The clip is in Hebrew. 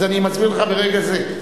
אז אני מסביר לך ברגע זה.